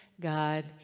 God